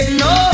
no